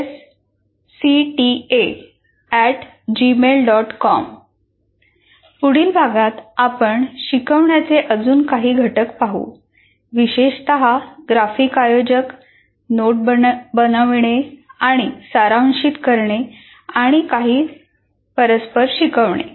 com पुढील भागात आपण शिकवण्याचे अजून काही घटक पाहू विशेषत ग्राफिक आयोजक नोट बनविणे आणि सारांशित करणे आणि काही परस्पर शिकवणे